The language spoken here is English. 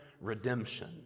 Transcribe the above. redemption